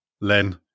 Len